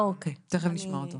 תכף נשמע אותו.